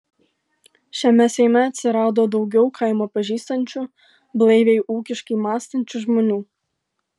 šiame seime atsirado daugiau kaimą pažįstančių blaiviai ūkiškai mąstančių žmonių